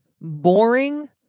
boring